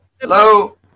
Hello